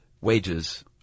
wages